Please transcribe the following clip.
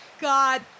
God